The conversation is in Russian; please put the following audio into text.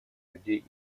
людей